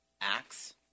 acts